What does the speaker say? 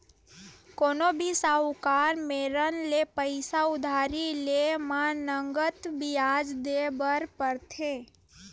कोनो भी साहूकार मेरन ले पइसा उधारी लेय म नँगत बियाज देय बर परथे